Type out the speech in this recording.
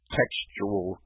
textual